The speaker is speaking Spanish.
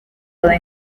puede